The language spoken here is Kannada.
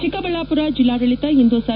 ಚಿಕ್ಕಬಳ್ಳಾಪುರ ಜಿಲ್ಲಾಡಳಿತ ಇಂದು ಸರ್